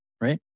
right